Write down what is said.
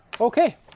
Okay